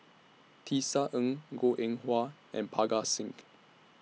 Tisa Ng Goh Eng Wah and Parga Singh